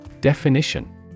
Definition